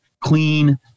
clean